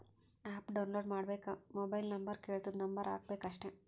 app download ಮಾಡ್ಕೋಬೇಕ್ mobile number ಕೆಳ್ತುದ್ number ಹಾಕಬೇಕ ಅಷ್ಟೇ